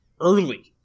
early